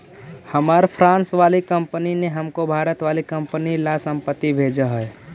हमार फ्रांस वाली कंपनी ने हमको भारत वाली कंपनी ला संपत्ति भेजकई हे